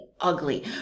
ugly